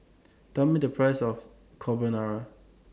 Tell Me The Price of Carbonara